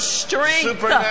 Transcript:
strength